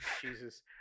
jesus